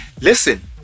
Listen